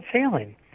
failing